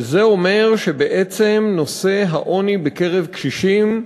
זה אומר שבעצם העוני בקרב קשישים,